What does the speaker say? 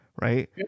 right